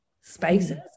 spaces